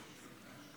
תודה רבה.